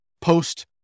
post